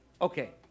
Okay